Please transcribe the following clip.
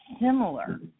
similar